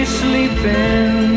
sleeping